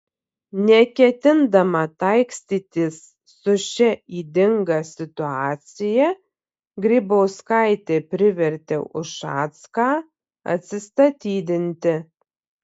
neketindama taikstytis su šia ydinga situacija grybauskaitė privertė ušacką atsistatydinti